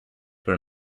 were